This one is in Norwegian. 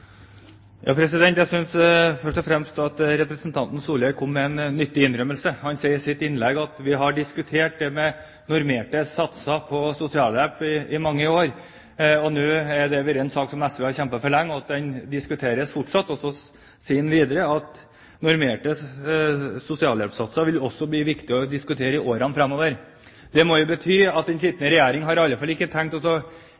først og fremst at representanten Solhjell kom med en nyttig innrømmelse. Han sa i sitt innlegg at vi hadde diskutert normerte satser for sosialhjelp i mange år, at det var en sak som SV har kjempet for lenge, og at den fortsatt diskuteres. Så sa han videre at det også vil bli viktig å diskutere normerte sosialhjelpssatser i årene framover. Det må jo bety at